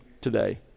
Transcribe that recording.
today